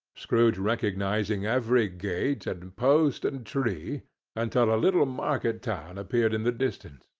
scrooge recognising every gate, and post, and tree until a little market-town appeared in the distance,